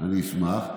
אני אשמח.